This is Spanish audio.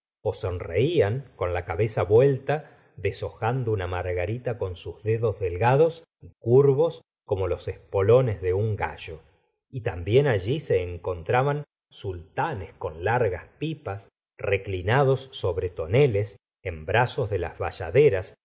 jaula gótica sonreían con la cabeza vuelta deshojando una margarita con sus dedos delgados y curvos como los espolones de un gallo y también allí se encontraban sultanes con largas pipas reclinados sobre toneles en brazos de las bayaderas